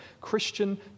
Christian